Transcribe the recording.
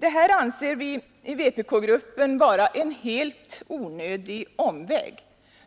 Detta anser vpk-gruppen vara en helt onödig omväg,